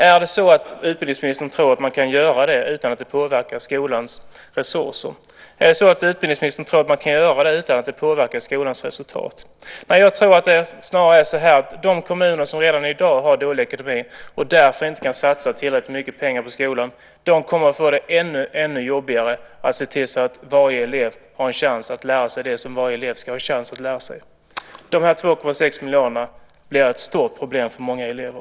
Är det så att utbildningsministern tror att man kan göra det utan att det påverkar skolans resurser? Är det så att utbildningsministern tror att man kan göra det utan att det påverkar skolans resultat? Jag tror att det snarare är så här: De kommuner som redan i dag har dålig ekonomi och därför inte kan satsa tillräckligt mycket pengar på skolan kommer att få det ännu jobbigare att se till så att varje elev har en chans att lära sig det som varje elev ska ha en chans att lära sig. De här 2,6 miljarderna blir ett stort problem för många elever.